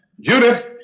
Judith